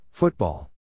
Football